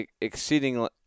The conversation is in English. exceedingly